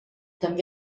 també